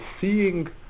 seeing